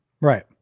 Right